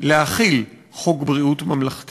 להחיל את חוק ביטוח בריאות ממלכתי.